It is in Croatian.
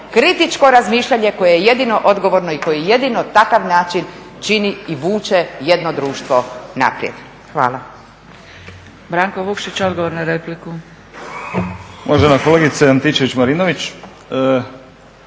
kritičko razmišljanje koje je jedino odgovorno i koje je jedino takav način čini i vuče jedno društvo naprijed. Hvala.